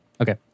Okay